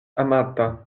amata